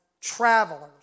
travelers